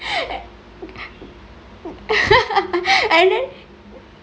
and then